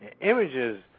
Images